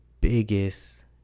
biggest